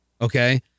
Okay